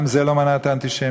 גם זה לא מנע את האנטישמיות.